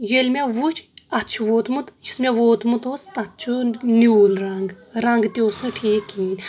ییٚلہِ مےٚ وُچھ اَتھ چھُ ووتمُت یُس مےٚ ووتمُت اوس تَتھ چُھ نیوٗل رنٛگ رنٛگ تہِ اوس نہٕ ٹھیٖکھ کہیٖنۍ